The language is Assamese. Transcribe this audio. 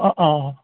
অঁ অঁ